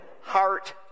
heart